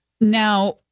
now